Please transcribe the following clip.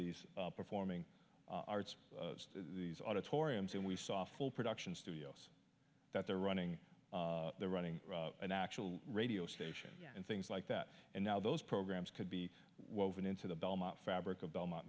these performing arts these auditoriums and we saw full production studios that they're running they're running an actual radio station and things like that and now those programs could be woven into the belmont fabric of belmont